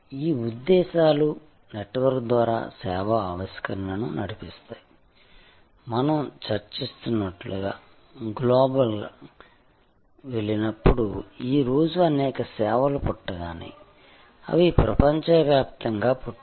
ఈ ఉద్దేశాలు నెట్వర్క్ ద్వారా సేవా ఆవిష్కరణను నడిపిస్తాయి మనం చర్చిస్తున్నట్లుగా గ్లోబల్గా వెళ్లినప్పుడు ఈరోజు అనేక సేవలు పుట్టగానే అవి ప్రపంచవ్యాప్తంగా పుట్టాయి